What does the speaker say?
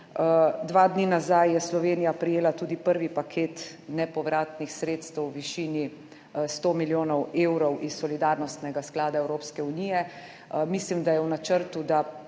Dva dni nazaj je Slovenija prejela tudi prvi paket nepovratnih sredstev v višini 100 milijonov evrov iz solidarnostnega sklada Evropske unije. Mislim, da je v načrtu, da